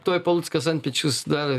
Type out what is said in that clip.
tuoj paluckas antpečius davė